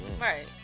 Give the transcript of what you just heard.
Right